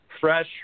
fresh